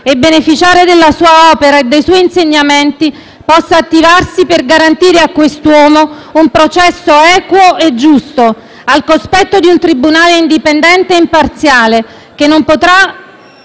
e beneficiare della sua opera e dei suoi insegnamenti, possa attivarsi per garantire a quest'uomo un processo equo e giusto, al cospetto di un tribunale indipendente e imparziale, che non potrà